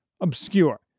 obscure